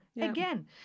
Again